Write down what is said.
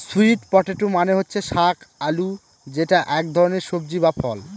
sweet potato মানে হচ্ছে শাক আলু যেটা এক ধরনের সবজি বা ফল